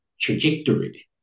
trajectory